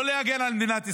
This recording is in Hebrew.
לא להגן על מדינת ישראל.